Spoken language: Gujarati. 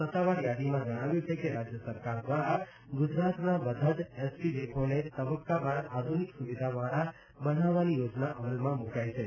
સત્તાવાર યાદીમાં જણાવ્યું છે કે રાજ્ય સરકાર દ્વારા ગુજરાતના બધા જ એસટી ડેપોને તબક્કાવાર આધુનિક સુવિધાવાળા બનાવવાની યોજના અમલમાં મૂકાઈ છે